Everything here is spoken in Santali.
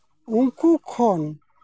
ᱩᱱᱠᱩ ᱠᱷᱚᱱ